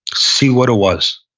see what it was,